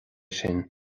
sin